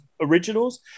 originals